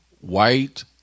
white